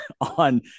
on